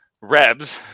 Rebs